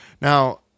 now